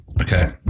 Okay